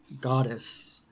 Goddess